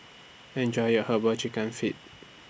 Enjoy your Herbal Chicken Feet